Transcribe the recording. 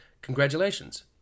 congratulations